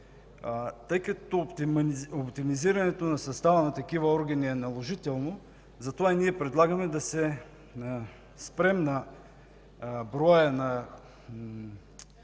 Тъй като оптимизирането на състава на такива органи е наложително, затова предлагаме да се спрем на броя на